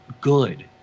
good